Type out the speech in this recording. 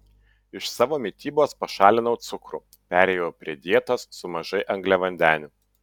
iš savo mitybos pašalinau cukrų perėjau prie dietos su mažai angliavandenių